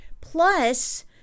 plus